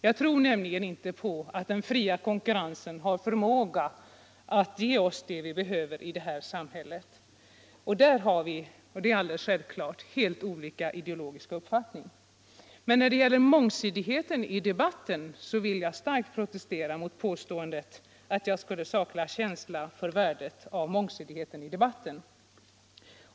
Jag tror nämligen inte på att den fria konkurrensen har förmåga att ge oss det vi behöver i det här samhället. Där har vi, och det är alldeles självklart, helt olika ideologisk uppfattning. Jag vill emellertid starkt protestera mot påståendet att jag skulle sakna känsla för värdet av mångsidighet i debatten.